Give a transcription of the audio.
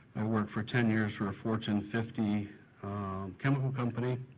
i've worked for ten years for a fortune fifty chemical company.